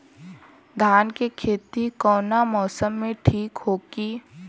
धान के खेती कौना मौसम में ठीक होकी?